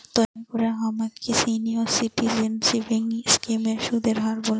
দয়া করে আমাকে সিনিয়র সিটিজেন সেভিংস স্কিমের সুদের হার বলুন